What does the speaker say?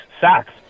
sacks